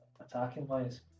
attacking-wise